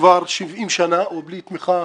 כבר 70 שנים או בלי תמיכה